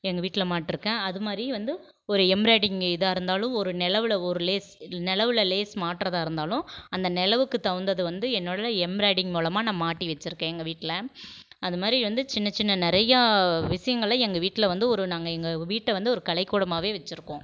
எங்கள் வீட்டில் மாட்டிருக்கேன் அது மாதிரி வந்து ஒரு எம்ப்ராய்டிங் இதாக இருந்தாலும் ஒரு நிலவுல ஒரு லேஸ் நிலவுல லேஸ் மாட்டுறதா இருந்தாலும் அந்த நிலவுக்கு தகுந்தது வந்து என்னோடய எம்ப்ராய்டிங் மூலமாக நான் மாட்டி வச்சுருக்கேன் எங்கள் வீட்டில் அது மாதிரி வந்து சின்ன சின்ன நிறையா விஷயங்கள எங்கள் வீட்டில் வந்து ஒரு நாங்கள் எங்கள் வீட்டை வந்து ஒரு கலைக்கூடமாகவே வச்சுருக்கோம்